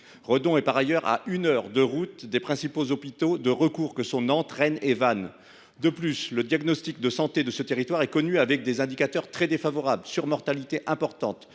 Il est par ailleurs situé à une heure de route des principaux hôpitaux de recours qui sont à Nantes, Rennes et Vannes. De plus, le diagnostic de santé de ce territoire est connu pour ses indicateurs très défavorables : surmortalité importante,